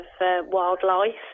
wildlife